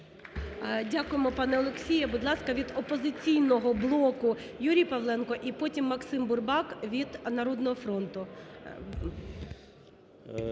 Дякуємо, пане Олексію. Будь ласка, від "Опозиційного блоку" Юрій Павленко і потім Максим Бурбак від "Народного фронту".